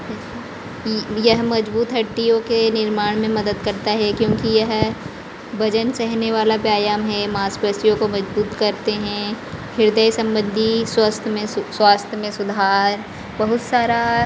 ठीक है ई यह मजबूत हड्डियों के निर्माण में मदद करता है क्योंकि यह वजन सहने वाला व्यायाम है मांसपेशियों को मजबूत करते हैं हृदय संबंधी स्वस्थ में स्वास्थ्य में सुधार बहुत सारा